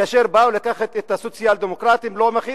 וכאשר באו לקחת את הסוציאל-דמוקרטים לא מחיתי,